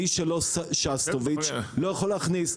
מי שלא שסטוביץ לא יכול להכניס?